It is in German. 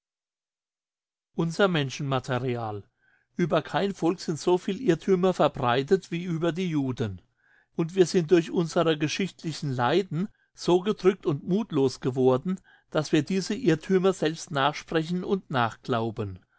unser menschenmaterial ueber kein volk sind so viele irrthümer verbreitet wie über die juden und wir sind durch unsere geschichtlichen leiden so gedrückt und muthlos geworden dass wir diese irrthümer selbst nachsprechen und nachglauben